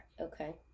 Okay